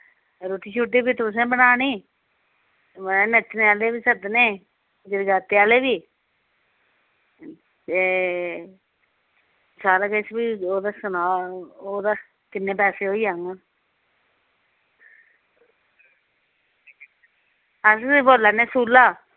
रुट्टी छुट्टी बी तुसें बनानी में नच्चने आह्ले बी सद्दने जगराते आह्ले बी ते सारा किश बी ओह् दस्सना ओह्दा किन्ने पैसे होई जाङन अस बोला ने आं सूला